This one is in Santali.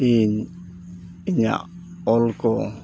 ᱤᱧ ᱤᱧᱟᱹᱜ ᱚᱞᱠᱚ